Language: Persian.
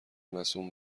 مصون